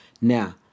Now